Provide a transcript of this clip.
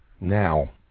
now